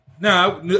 No